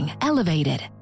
elevated